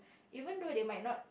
even though they might not